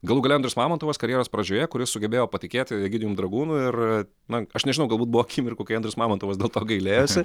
galų gale andrius mamontovas karjeros pradžioje kuris sugebėjo patikėti egidijum dragūnu ir na aš nežinau galbūt buvo akimirkų kai andrius mamontovas dėl to gailėjosi